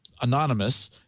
anonymous